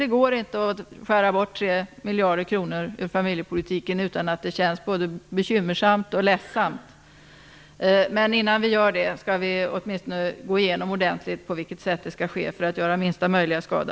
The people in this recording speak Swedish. Det går inte att skära bort 3 miljarder kronor på familjepolitikens område utan att det känns både bekymmersamt och ledsamt. Men innan vi gör det skall vi ha en ordentlig genomgång för att se på vilket sätt det skall ske för att göra minsta möjliga skada.